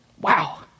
Wow